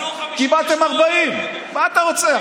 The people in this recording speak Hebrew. קיבלתם 40. מה אתה רוצה?